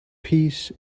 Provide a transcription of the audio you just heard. peace